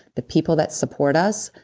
the people that support us,